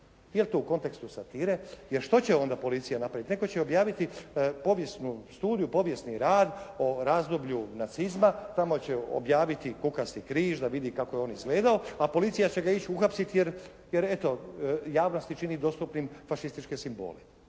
li to u kontekstu satire. Jer što će onda policija napraviti? Netko će objaviti povijesnu studiju, povijesni rad o razdoblju nacizma, tamo će objaviti kukasti križ da vidi kako je on izgledao, a policija će ga ići uhapsiti, jer eto, javnosti čini dostupnim fašističke simbole.